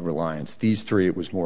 reliance these three it was more